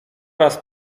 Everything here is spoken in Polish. raz